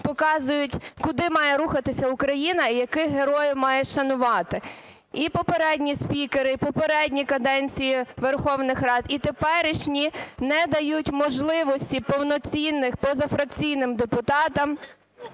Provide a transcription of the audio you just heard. показують, куди має рухатись Україна, яких героїв має шанувати. І попередні спікери, і попередні каденції Верховних Рад, і теперішні не дають можливості повноцінно позафракційним депутатам